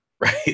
right